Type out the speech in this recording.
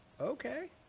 Okay